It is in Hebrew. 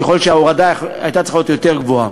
ככל שההורדה הייתה צריכה להיות יותר גבוהה.